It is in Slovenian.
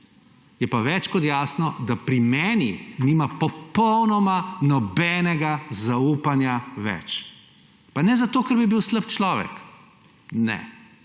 je pa več kot jasno, da pri meni nima popolnoma nobenega zaupanja več. Pa ne zato, ker bi bil slab človek, ne,